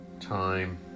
time